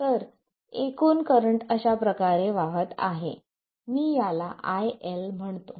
तर एकूण करंट अशा प्रकारे वाहत आहे मी याला IL म्हणतो